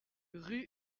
rue